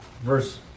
verse